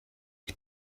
ich